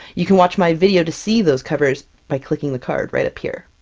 you can watch my video to see those covers by clicking the card right up here!